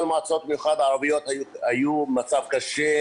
שהמועצות במיוחד הערביות היו במצב קשה,